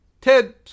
Ted